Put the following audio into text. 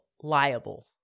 liable